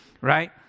right